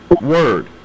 word